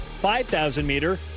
5,000-meter